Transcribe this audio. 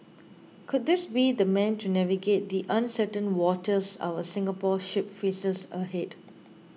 could this be the man to navigate the uncertain waters our Singapore ship faces ahead